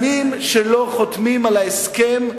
שנים שלא חותמים על ההסכם,